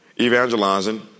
evangelizing